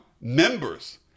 members